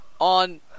on